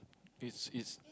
this is